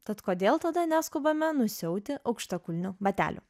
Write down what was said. tad kodėl tada neskubame nusiauti aukštakulnių batelių